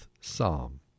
Psalm